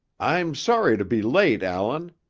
i'm sorry to be late, allan,